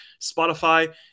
Spotify